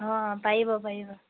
অঁ পাৰিব পাৰিব